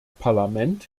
parlament